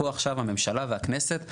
פה עכשיו הממשלה והכנסת באה,